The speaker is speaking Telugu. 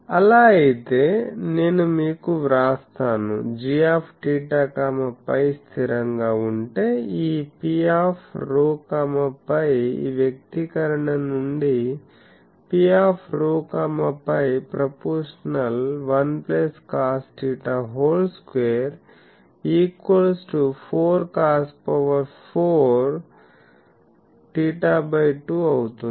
అలా అయితే నేను మీకు వ్రాస్తాను gθφ స్థిరంగా ఉంటే ఈ Pρ φ ఈ వ్యక్తీకరణ నుండి Pρ φ∝ 1cosθ2 4 cos4 θ 2 అవుతుంది